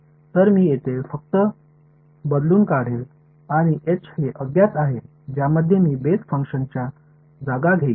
तर मी तेथे फक्त बदलून काढेल आणि H हे अज्ञात आहे ज्यामध्ये मी बेस फंक्शन्सची जागा घेईन